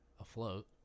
afloat